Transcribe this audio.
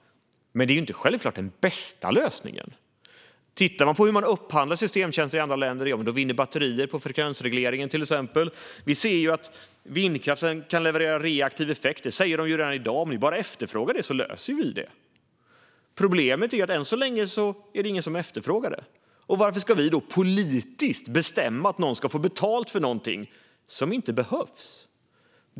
Men det är inte självklart den bästa lösningen. Tittar man på hur man upphandlar systemtjänster i andra länder ser man att batterier vinner på frekvensregleringen, till exempel. Vi ser att vindkraften kan leverera reaktiv effekt. Det säger de ju redan i dag: Om ni bara efterfrågar det löser vi det. Problemet är att än så länge är det ingen som efterfrågar det. Varför ska vi då politiskt bestämma att någon ska få betalt för något som inte behövs?